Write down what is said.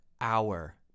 hour